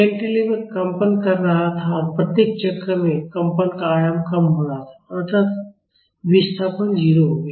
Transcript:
cantilever कंपन कर रहा था और प्रत्येक चक्र में कंपन का आयाम कम हो रहा था और अंततः विस्थापन 0 हो गया